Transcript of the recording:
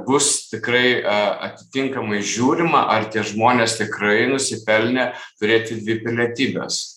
bus tikrai atitinkamai žiūrima ar tie žmonės tikrai nusipelnė turėti dvi pilietybes